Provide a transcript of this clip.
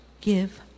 give